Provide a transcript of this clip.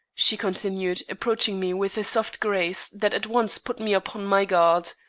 she continued, approaching me with a soft grace that at once put me upon my guard.